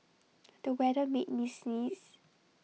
the weather made me sneeze